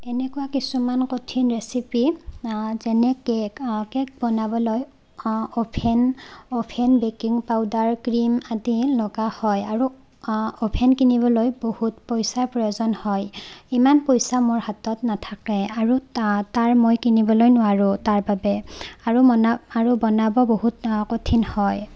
এনেকুৱা কিছুমান কঠিন ৰেচিপি যেনে কেক কেক বনাবলৈ oven oven baking powder cream আদি লগা হয় আৰু অ'ভেন কিনিবলৈ বহুত পইচাৰ প্ৰয়োজন হয় ইমান পইচা মোৰ হাতত নাথাকে আৰু তাৰ মই কিনিবলৈ নোৱাৰোঁ তাৰবাবে আৰু মনাব আৰু বনাব বহুত কঠিন হয়